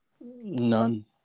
None